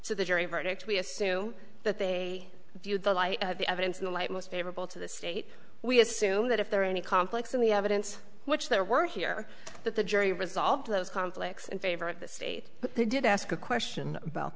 to the jury verdict we assume that they view the light the evidence in the light most favorable to the state we assume that if there are any conflicts in the evidence which there were here that the jury resolve those conflicts in favor of the state but they did ask a question about